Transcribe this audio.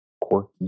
quirky